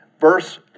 verse